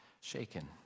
shaken